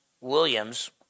Williams